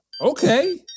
Okay